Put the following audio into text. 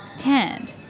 tanned,